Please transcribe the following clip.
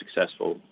successful